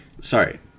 Sorry